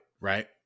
right